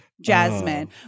Jasmine